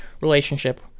relationship